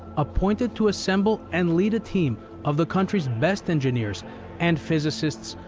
appointed to assemble and lead a team of the country's best engineers and physicists,